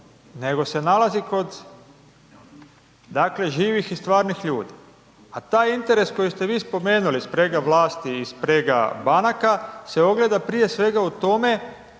nego se nalazi kod dakle živih i stvarnih ljudi, a taj interes koji ste vi spomenuli, sprega vlasti i sprega banaka se ogleda prije svega u tome